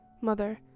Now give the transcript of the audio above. mother